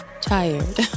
tired